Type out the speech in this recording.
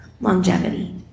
longevity